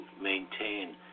maintain